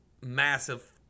massive